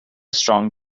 strong